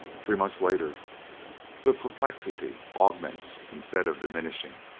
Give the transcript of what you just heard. three months later the perplexity augments instead of diminishing.